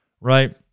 Right